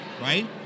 right